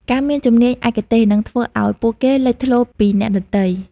ការមានជំនាញឯកទេសនឹងធ្វើឱ្យពួកគេលេចធ្លោពីអ្នកដទៃ។